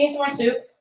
more soup?